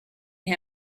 him